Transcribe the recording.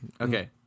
Okay